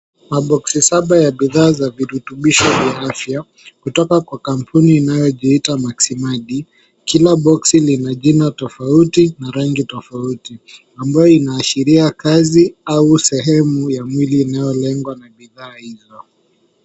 Maboksi saba ya bidhaa za virutubisho vya afya kutoka kwa kampuni inayojiita, Maxima. Kila boksi lina jina tofauti na rangi tofauti ambayo inaashiria kazi au sehemu ya mwili inayolengwa na bidhaa hizo.